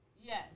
Yes